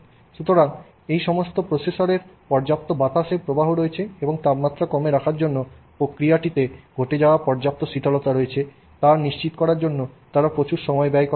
সুতরাং সমস্ত প্রসেসরের পর্যাপ্ত বাতাসের প্রবাহ রয়েছে এবং তাপমাত্রা কমে রাখার জন্য সমস্ত প্রক্রিয়াতে ঘটে যাওয়া পর্যাপ্ত শীতলতা রয়েছে তা নিশ্চিত করার জন্য তারা প্রচুর সময় ব্যয় করেন